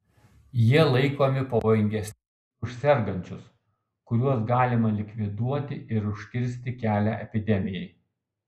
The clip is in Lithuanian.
jie laikomi pavojingesniais už sergančius kuriuos galima likviduoti ir užkirsti kelią epidemijai